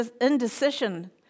indecision